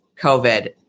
COVID